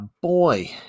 boy